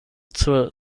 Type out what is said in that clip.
zur